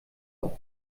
auch